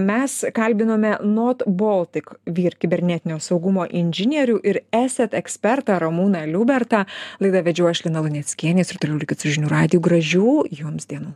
mes kalbinome nod baltic vyr kibernetinio saugumo inžinierių ir esat ekspertą ramūną liubertą laidą vedžiau aš lina luneckienė jūs ir toliau likit su žinių radiju gražių jums dienų